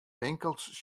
winkels